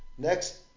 Next